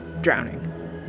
drowning